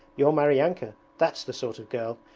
your maryanka that's the sort of girl!